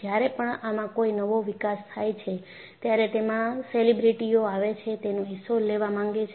જ્યારે પણ આમાં કોઈ નવો વિકાસ થાય છે ત્યારે તેમાં સેલિબ્રિટીઓ આવે છે તેનો હિસ્સો લેવા માંગે છે